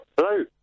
Hello